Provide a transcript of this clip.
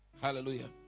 Hallelujah